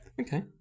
Okay